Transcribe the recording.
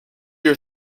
your